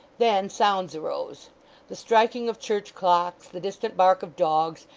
then, sounds arose the striking of church clocks, the distant bark of dogs,